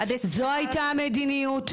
אין למי לפנות.